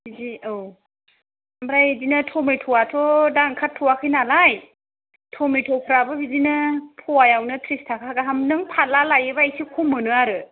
बिदि औ ओमफ्राय बिदिनो थमेट'आथ' दा ओंखारथ'याखै नालाय थमेट'फ्राबो बिदिनो फवायावनो थ्रिस थाखा गाहाम नों फारला लायोबा एसे खम मोनो आरो